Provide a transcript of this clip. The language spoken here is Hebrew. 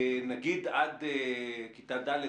נגיד עד כיתה ד',